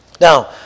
Now